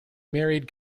married